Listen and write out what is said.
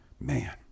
man